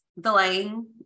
delaying